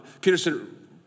Peterson